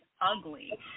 ugly